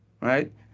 right